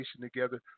together